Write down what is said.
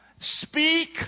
speak